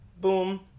Boom